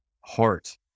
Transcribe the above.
heart